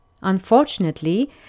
Unfortunately